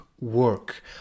work